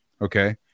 okay